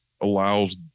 allows